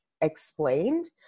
explained